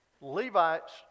Levites